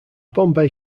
bombay